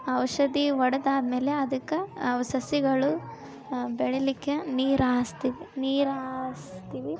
ಆ ಔಷಧಿ ಹೊಡೆದಾದ್ಮೇಲೆ ಅದಕ್ಕೆ ಆ ಸಸಿಗಳು ಬೆಳೀಲಿಕ್ಕೆ ನೀರಾಸ್ತೀವಿ ನೀರಾಸ್ತೀವಿ